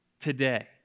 today